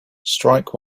strike